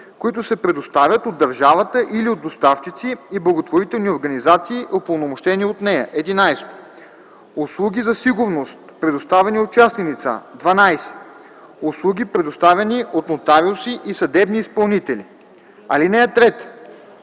които се предоставят от държавата или от доставчици и благотворителни организации, упълномощени от нея; 11. услуги за сигурност, предоставяни от частни лица; 12. услуги, предоставяни от нотариуси и съдебни изпълнители. (3)